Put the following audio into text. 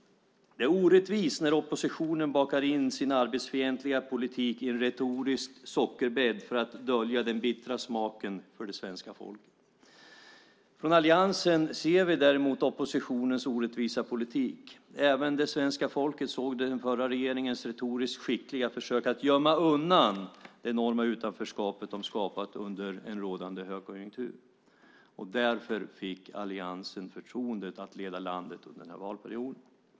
Det är orättvist när oppositionen bakar in sin arbetsfientliga politik i en retorisk sockerbädd för att dölja den bittra smaken för svenska folket. Från alliansen ser vi oppositionens orättvisa politik. Även svenska folket såg den förra regeringens retoriskt skickliga försök att gömma undan det enorma utanförskap som de skapat under en rådande högkonjunktur. Därför fick alliansen förtroendet att leda landet under den här valperioden.